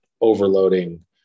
overloading